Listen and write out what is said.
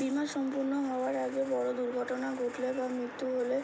বীমা সম্পূর্ণ হওয়ার আগে বড় দুর্ঘটনা ঘটলে বা মৃত্যু হলে